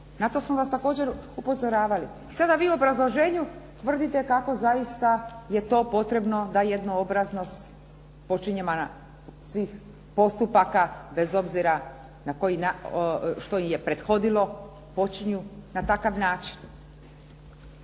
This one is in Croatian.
na to smo vas također upozoravali. I sada vi u obrazloženju tvrdite kako zaista je to potrebno da jednoobraznost svih postupaka bez obzira što im je prethodilo počinju na takav način.